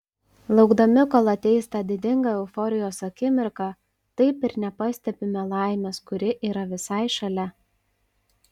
laukdami kol ateis ta didinga euforijos akimirka taip ir nepastebime laimės kuri yra visai šalia